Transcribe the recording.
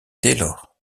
taylor